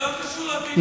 זה לא קשור לפליטים,